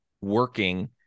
working